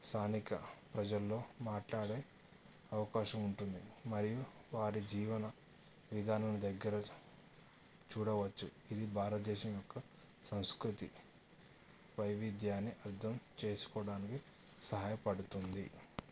స్థానిక ప్రజల్లో మాట్లాడే అవకాశం ఉంటుంది మరియు వారి జీవన విధానం దగ్గర చూడవచ్చు ఇది భారతదేశం యొక్క సంస్కృతి వైవిధ్యాన్ని అర్థం చేసుకోవడానికి సహాయపడుతుంది